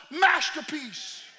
masterpiece